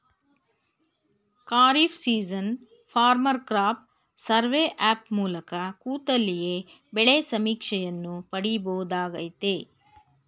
kharif season farmer crop survey app ಮೂಲಕ ಕೂತಲ್ಲಿಯೇ ಬೆಳೆ ಸಮೀಕ್ಷೆಯನ್ನು ಪಡಿಬೋದಾಗಯ್ತೆ